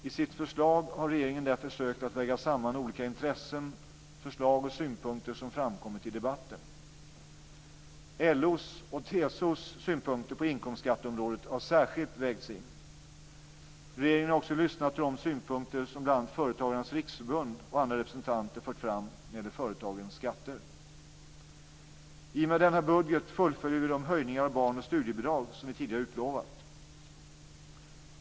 I sitt förslag har regeringen därför försökt att väga samman olika intressen, förslag och synpunkter som framkommit i debatten. LO:s och TCO:s synpunkter på inkomstskatteområdet har särskilt vägts in. Regeringen har också lyssnat till de synpunkter som bl.a. Företagarnas Riksorganisation och andra representanter fört fram när det gäller företagens skatter. I och med denna budget fullföljer vi de höjningar av barn och studiebidrag som vi tidigare utlovat.